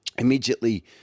immediately